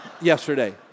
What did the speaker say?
yesterday